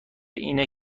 اینه